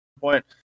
point